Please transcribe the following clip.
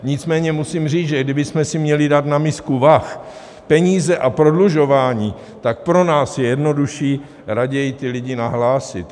Nicméně musím říct, že kdybychom si měli dát na misku vah peníze a prodlužování, tak pro nás je jednodušší raději ty lidi nahlásit.